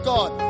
God